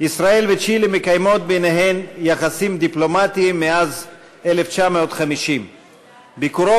בין ישראל לצ'ילה יש יחסים דיפלומטיים מאז 1950. ביקורו